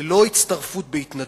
זה לא הצטרפות בהתנדבות,